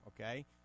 okay